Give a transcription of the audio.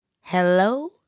Hello